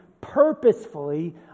purposefully